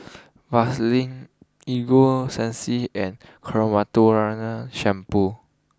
Vaselin Ego Sunsense and Shampoo